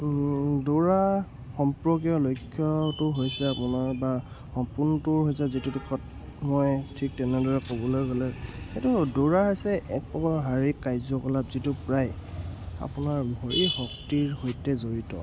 দৌৰা সম্পৰ্কীয় লক্ষ্যটো হৈছে আপোনাৰ বা সম্পূৰ্ণটো হৈছে যিটো সত মই ঠিক তেনেদৰে ক'বলৈ গ'লে সেইটো দৌৰা হৈছে এক প্ৰকাৰৰ শাৰীৰিক কাৰ্যকলাপ যিটো প্ৰায় আপোনাৰ ভৰিৰ শক্তিৰ সৈতে জড়িত